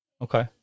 Okay